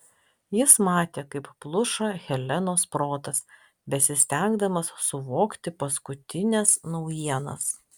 jis matė kaip pluša helenos protas besistengdamas suvokti paskutines naujienas